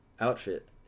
outfit